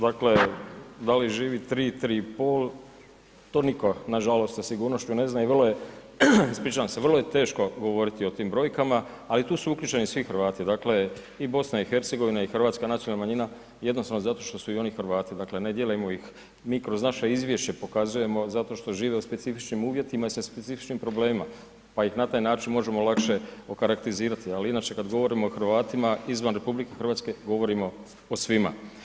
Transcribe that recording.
Dakle, da li živi 3, 3 i pol, to nitko na žalost sa sigurnošću ne zna i vrlo je teško govoriti o tim brojkama, ali tu su uključeni svi Hrvati dakle i BiH i hrvatska nacionalna manjina jednostavno zato što su i oni Hrvati, dakle ne dijelimo ih mi kroz naše izvješće pokazujemo zato što žive u specifičnim uvjetima i sa specifičnim problemima pa ih na taj način možemo lakše okarakterizirati, ali inače kad govorimo o Hrvatima izvan RH, govorimo o svima.